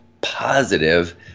positive